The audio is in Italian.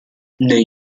nei